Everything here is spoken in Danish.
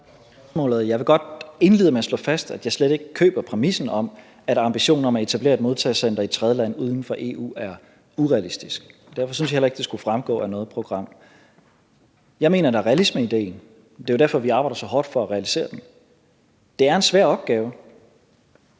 Jeg vil godt indlede med at slå fast, at jeg slet ikke køber præmissen om, at ambitionen om at etablere et modtagecenter i et tredjeland uden for EU er urealistisk. Derfor synes jeg heller ikke, at det skulle fremgå af noget program. Jeg mener, der er realisme i ideen. Det er derfor, at vi arbejder så hårdt for at realisere den. Det er en svær opgave.